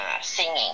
singing